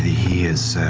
he is,